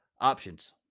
options